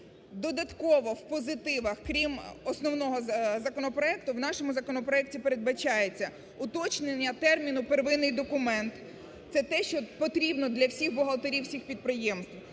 Додатково в позитивах, крім основного законопроекту, в нашому законопроекті передбачається уточнення терміну "первинний документ", це те, що потрібно для всіх бухгалтерів всіх підприємств.